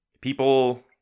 people